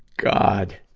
god!